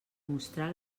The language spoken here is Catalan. mostrar